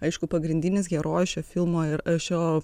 aišku pagrindinis herojus šio filmo ir šio